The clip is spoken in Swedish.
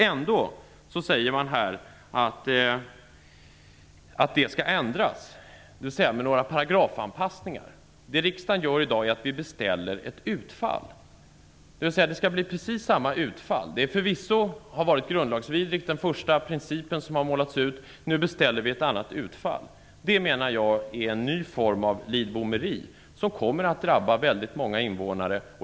Ändå säger man här att det skall ändras, dvs. med några paragrafanpassningar. Vad riksdagen i dag gör är att ett utfall beställs. Det skall alltså bli precis samma utfall. Förvisso har den första principen som målats ut varit grundlagsvidrig. Nu beställer vi ett annat utfall. Det menar jag är en ny form av Lidbomeri som kommer att drabba väldigt många invånare.